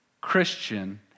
Christian